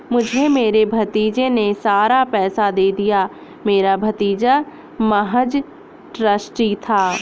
मुझे मेरे भतीजे ने सारा पैसा दे दिया, मेरा भतीजा महज़ ट्रस्टी था